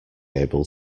able